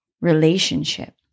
relationship